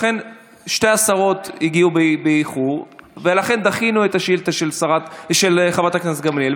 שתי השרות הגיעו באיחור ולכן דחינו את השאילתה של חברת הכנסת גמליאל,